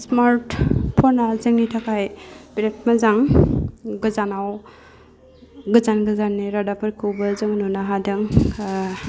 smart फना जोंनि थाखाय बिराद मोजां गोजानाव गोजान गोजाननि रादाबफोरखौबो जों नुनो हादों